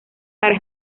para